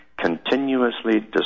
continuously